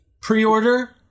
pre-order